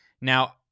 Now